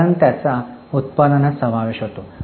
कारण त्यांचा उत्पादनात समावेश होतो